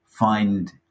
find